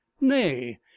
nay